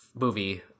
movie